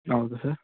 ಹೌದು ಸರ್